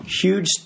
Huge